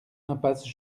impasse